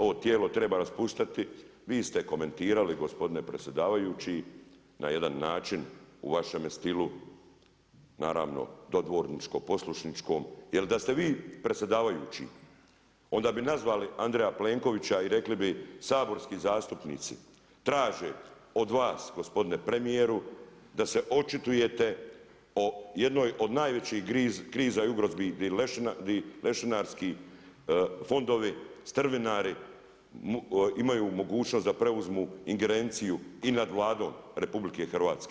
Ovo tijelo treba raspuštati, vi ste komentirali gospodine predsjedavajući na jedan način u vašemu stilu, naravno dodvoričko poslušničkom, je da ste vi predsjedavajući onda bi nazvali Andreja Plenkovića i rekli bi saborski zastupnici traže od vas gospodine premijeru da se očitujete o jednoj od najvećih kriza i ugroza gdje lešinarski fondovi, strvinari imaju mogućnost da preuzmu ingerenciju i nad Vladom RH.